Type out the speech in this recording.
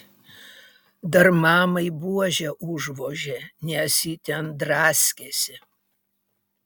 dar mamai buože užvožė nes ji ten draskėsi